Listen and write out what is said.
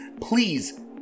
please